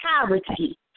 poverty